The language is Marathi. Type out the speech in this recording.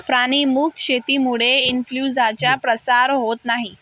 प्राणी मुक्त शेतीमुळे इन्फ्लूएन्झाचा प्रसार होत नाही